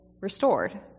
restored